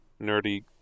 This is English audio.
nerdy